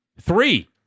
three